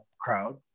crowd